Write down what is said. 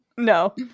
no